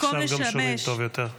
עכשיו גם שומעים טוב יותר.